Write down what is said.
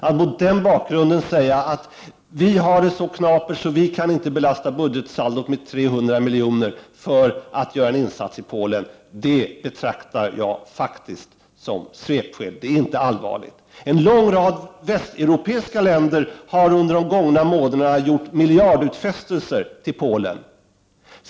Att mot den bakgrunden säga att vi har det så knapert att vi inte kan belasta budgetsaldot med 300 miljoner för att göra en insats i Polen betraktar jag faktiskt som svepskäl. Det är inte allvarligt. En lång rad västeuropeiska länder har under de gångna månaderna gjort miljardutfästelser till Polen.